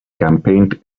campaigned